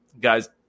Guys